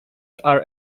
are